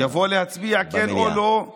יבוא להצביע, כן או לא?